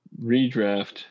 redraft